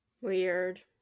Weird